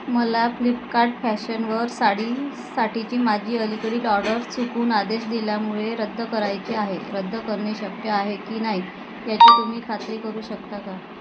मला फ्लिपकार्ट फॅशनवर साडीसाठीची माझी अलीकडील ऑर्डर चुकून आदेश दिल्यामुळे रद्द करायची आहे रद्द करणे शक्य आहे की नाही याची तुम्ही खात्री करू शकता का